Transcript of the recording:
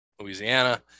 Louisiana